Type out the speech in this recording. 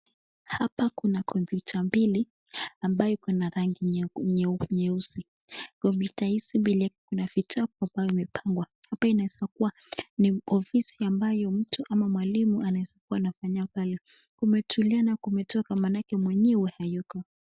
Hapa kuna kompyuta mbili ambayo iko na rangi nyeusi. Kompyuta hizi mbili kuna vitabu ambayo imepangwa ni ofisi ambayo mtu ama mwalimu anaweza kuwa anafanya pale. Kumetulia na kumetoka maanake mwenyewe hayuko.